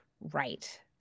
right